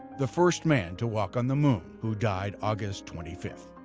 the first man to walk on the moon, who died aug. twenty five.